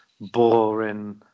boring